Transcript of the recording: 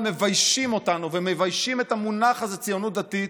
מביישים אותנו ומביישים את המונח הזה "ציונות דתית":